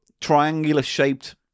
triangular-shaped